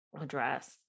address